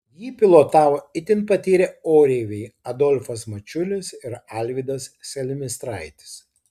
jį pilotavo itin patyrę oreiviai adolfas mačiulis ir alvydas selmistraitis